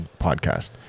podcast